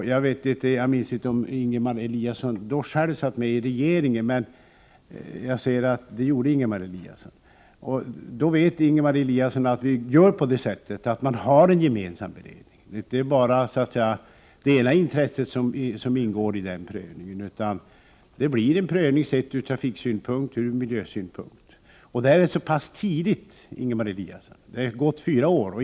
Jag minns inte om Ingemar Eliasson själv satt med i regeringen vid det tillfället — jo, det gjorde han tydligen. Då vet han att regeringen har en gemensam beredning. Det är inte bara det ena intresset som ingår i prövningen, utan det blir en prövning från såväl miljösom trafiksynpunkt. Det är kort tid sedan regeringen senast fattade beslut om fartgränserna — det har bara gått fyra år.